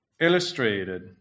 illustrated